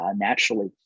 naturally